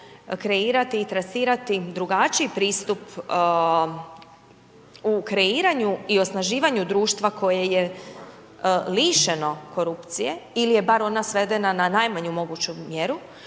kreirati i trasirati drugačiji pristup u kreiranju i osnaživanju društva koje je lišeno korupcije ili je bar ona svedena na najmanju moguću mjeru,